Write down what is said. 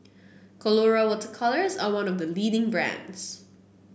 Colora Water Colours is one of the leading brands